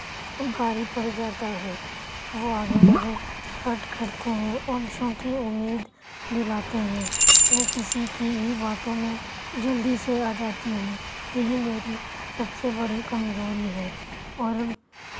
بھاری پڑ جاتا ہے وہ آگے مجھے ہرٹ کرتے ہیں اور جھوٹی اُمید دلاتے ہیں میں کسی کی بھی باتوں میں جلدی سے آ جاتی ہوں یہی میری سب سے بڑی کمزوری ہے اور